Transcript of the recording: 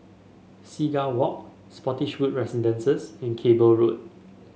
Seagull Walk Spottiswoode Residences and Cable Road